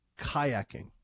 kayaking